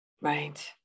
right